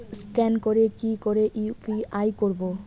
Scan করে কি করে ইউ.পি.আই করবো?